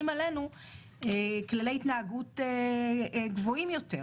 על עצמנו כללי התנהגות גבוהים יותר.